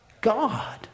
God